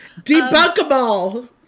debunkable